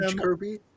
kirby